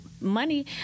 money